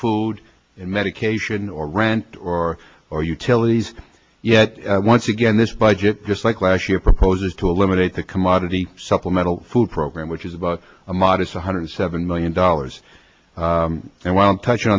food and medication or rent or or utilities yet once again this budget just like last year proposes to eliminate the commodity supplemental food program which is about a modest one hundred seven million dollars and while i'm touch